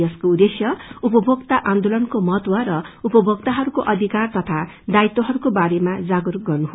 यसको उद्खेश्य उपभोक्ता आन्दोलनको महत्व र उपभोक्ताहरूको अधिकार तथा दायित्वहरूको बारेमा जागरूक गर्नु हो